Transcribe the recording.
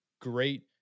great